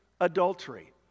adultery